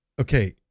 Okay